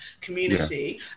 community